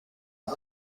iki